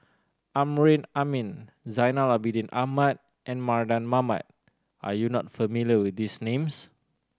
Amrin Amin Zainal Abidin Ahmad and Mardan Mamat are you not familiar with these names